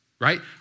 right